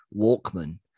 walkman